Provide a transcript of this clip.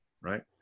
right